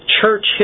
church